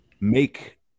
make